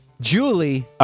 Julie